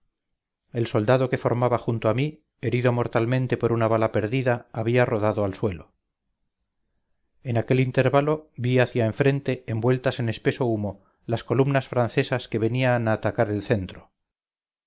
el soldado que formaba junto a mí herido mortalmente por una bala perdida había rodado al suelo en aquel intervalo vi hacia enfrente envueltas en espeso humo las columnas francesas que venían a atacar el centro